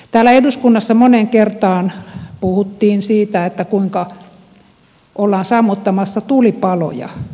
täällä eduskunnassa moneen kertaan puhuttiin siitä kuinka ollaan sammuttamassa tulipaloja